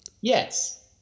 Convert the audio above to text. Yes